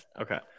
Okay